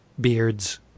Beard's